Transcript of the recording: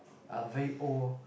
uh very old